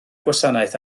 gwasanaeth